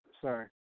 Sorry